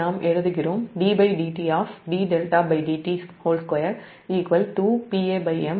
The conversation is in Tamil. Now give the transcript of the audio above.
இது சமன்பாடு 40